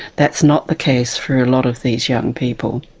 that's not the case for a lot of these young people.